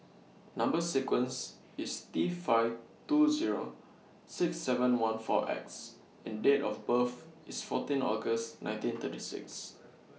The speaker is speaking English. Number sequence IS T five two Zero six seven one four X and Date of birth IS fourteen August nineteen thirty six